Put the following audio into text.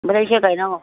ओमफ्रायसो गायनांगौ